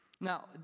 Now